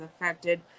affected